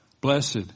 Blessed